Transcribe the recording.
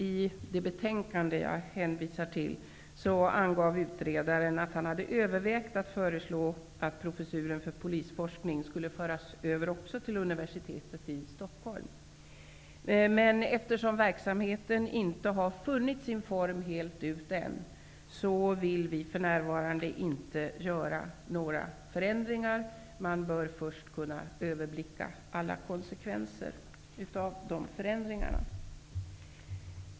I det betänkande som jag hänvisar till angav utredaren att han hade övervägt att föreslå att också professuren för polisforskning skulle föras över till Stockholms universitet. Eftersom verksamheten ännu inte helt har funnit sin form, vill vi dock för närvarande inte göra några förändringar. Man bör först kunna överblicka alla konsekvenser av sådana förändringar.